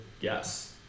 Yes